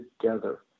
together